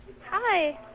Hi